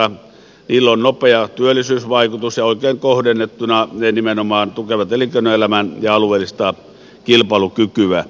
niillä on nopea työllisyysvaikutus ja oikein kohdennettuna ne nimenomaan tukevat elinkeinoelämän ja alueellista kilpailukykyä